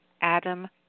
Adam